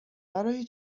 برای